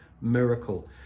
miracle